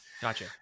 Gotcha